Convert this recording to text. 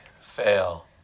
fail